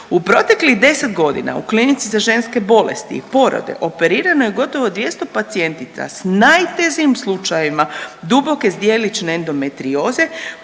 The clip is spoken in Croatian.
U proteklih 10 godina u Klinici za ženske bolesti i porode operirano je gotovo 200 pacijentica s najtežim slučajevima duboke zdjelične endometrioze